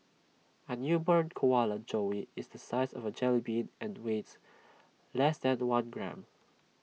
A newborn koala joey is the size of A jellybean and weighs less than one gram